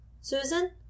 Susan